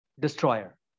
destroyer